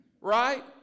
right